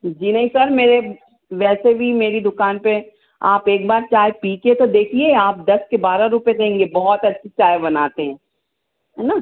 जी नहीं सर मेरे वैसे भी मेरी दुकान पर आप एक बार चाय पीकर तो देखिए आप दस के बारह रुपये देंगे बहुत अच्छी चाय बनाते हैं है ना